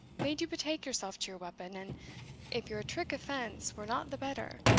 made you betake yourself to your weapon, and if your trick of fence were not the better,